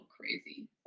crazy